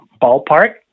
ballpark